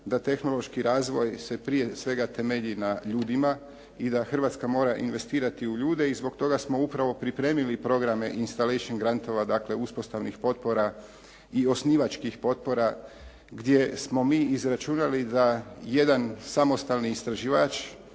da tehnološki razvoj se prije svega temelji na ljudima i da Hrvatska mora investirati u ljude i zbog toga smo upravo pripremili programe instalation grantova, dakle uspostavnih potpora i osnivačkih potpora gdje smo mi izračunali da jedan samostalni istraživač